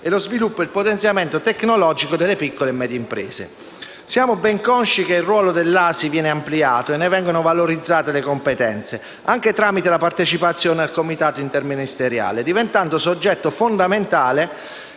e lo sviluppo e il potenziamento tecnologico delle piccole e medie imprese. Siamo ben consci che il ruolo dell'ASI viene ampliato e ne vengono valorizzate le competenze, anche tramite la partecipazione al Comitato interministeriale, diventando soggetto fondamentale